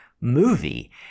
movie